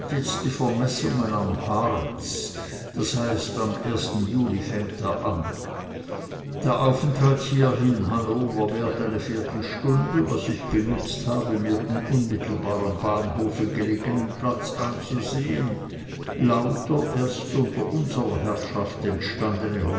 die vermessungen am harz d h am juli fängt er an der aufenthalt hier in hannover währt eine viertelstunde was ich benutzt habe mir den unmittelbar am bahnhofe gelegenen platz anzusehen lauter erst unter unserer herrschaft entstandene